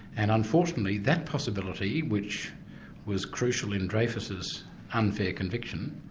and unfortunately that possibility, which was crucial in dreyfus's unfair conviction,